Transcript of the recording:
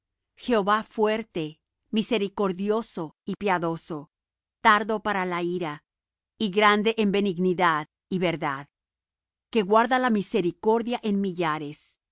jehová fuerte misericordioso y piadoso tardo para la ira y grande en benignidad y verdad que guarda la misericordia en millares